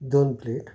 दोन प्लेट